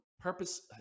purpose –